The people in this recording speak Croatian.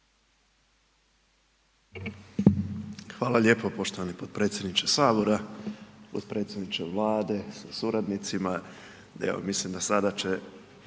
Hvala lijepo poštovani potpredsjedniče sabora. Potpredsjedniče Vlade sa suradnicima,